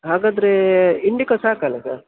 ಹಾಗಾದರೆ ಇಂಡಿಕಾ ಸಾಕಲ್ಲ ಸರ್